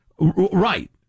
Right